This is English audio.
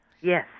Yes